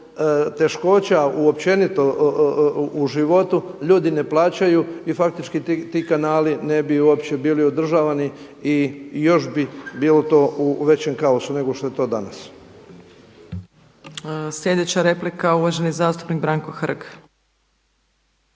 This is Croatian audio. teškoća općenito u životu ljudi ne plaćaju i faktički ti kanali ne bi uopće bili održavani i još bi bilo to u većem kaosu nego što je to danas.